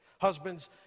Husbands